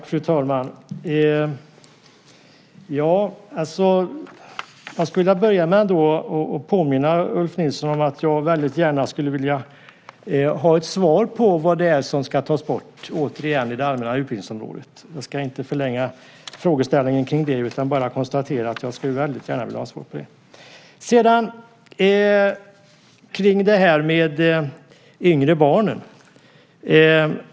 Fru talman! Jag skulle vilja börja med att påminna Ulf Nilsson om att jag väldigt gärna skulle vilja ha ett svar på vad det är som ska tas bort i det allmänna utbildningsområdet. Jag ska inte förlänga frågeställningen kring det utan bara konstatera att jag väldigt gärna skulle vilja ha svar på det. Ulf Nilsson frågade om de yngre barnen.